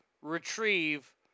Retrieve